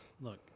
Look